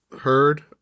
heard